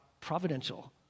providential